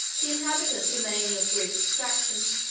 the inhabitants were mainly of greek extraction,